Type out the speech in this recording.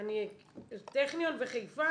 הטכניון וחיפה,